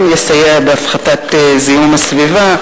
וגם יסייע בעקיפין בהפחתת זיהום האוויר.